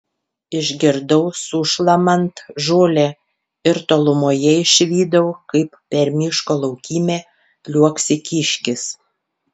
išgirdau sušlamant žolę ir tolumoje išvydau kaip per miško laukymę liuoksi kiškis